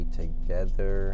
together